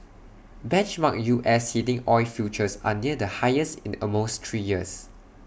benchmark U S heating oil futures are near the highest in almost three years